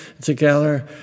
together